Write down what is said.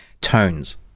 tones